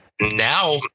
Now